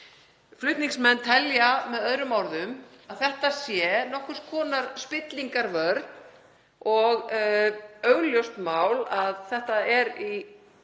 Flutningsmenn telja með öðrum orðum að þetta sé nokkurs konar spillingarvörn og augljóst mál að þetta er í